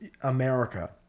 America